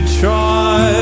try